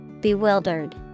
Bewildered